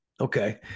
Okay